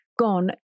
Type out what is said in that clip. gone